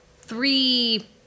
three